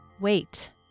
Wait